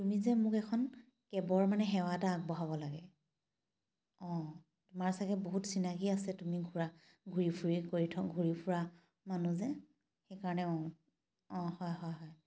তুমি যে মোক মানে এখন কেবৰ মানে সেৱা এটা আগবঢ়াব লাগে অঁ তোমাৰ ছাগৈ বহুত চিনাকী আছে তুমি ঘূৰা ঘূৰি ফুৰি কৰি থ ঘূৰি ফুৰি কৰি থকা মানুহ যে সেইকাৰণে অঁ হয় হয় হয় হয়